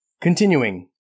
Continuing